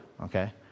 okay